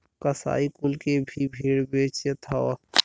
कसाई कुल के भी भेड़ बेचे जात हौ